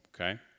okay